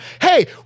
hey